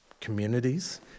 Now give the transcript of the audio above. communities